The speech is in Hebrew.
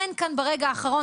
אין כאן ברגע האחרון,